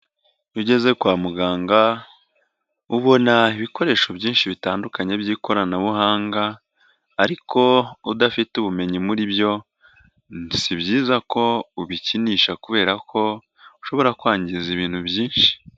Iyo ugeze kwa muganga ubona ibikoresho byinshi bitandukanye by'ikoranabuhanga ariko udafite ubumenyi muri byo si byiza ko ubikinisha kubera ko ushobora kwangiza ibintu byinshi.